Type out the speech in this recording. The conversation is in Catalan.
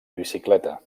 bicicleta